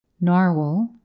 narwhal